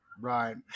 right